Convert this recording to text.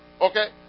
Okay